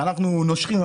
המשק שלי